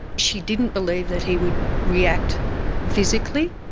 she didn't believe that he would react physically.